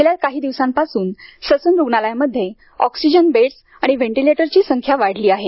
गेल्या काही दिवसांपासून ससून रूग्णालयामध्ये ऑक्सिजन बेड्स आणि व्हेंटिलिटरची संख्या वाढली आहे